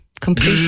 Complete